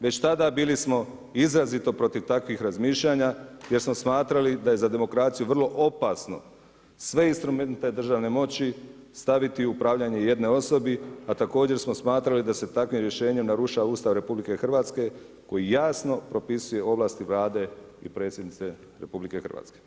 Već tada bili smo izrazito protiv takvih razmišljanja, jer smo smatrali da je za demokraciju vrlo opasno sve instrumente državne moći staviti u upravljanje jedne osobi a također smo smatrali da se takvim rješenjem narušava Ustav RH koji jasno propisuje ovlasti Vlade i Predsjednice RH.